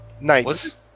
nights